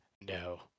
no